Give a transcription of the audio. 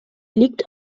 liegt